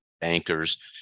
bankers